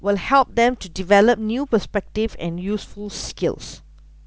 will help them to develop new perspective and useful skills